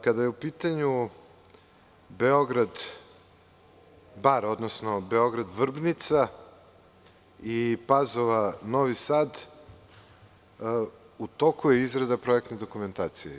Kada je u pitanju Beograd-Bar, odnosno Beograd-Vrbnica i Pazova-Novi Sad, u toku je izrada projektne dokumentacije.